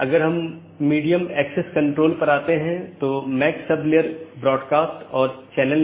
network layer reachability की जानकारी की एक अवधारणा है